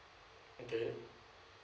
okay